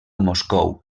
moscou